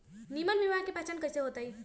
निमन बीया के पहचान कईसे होतई?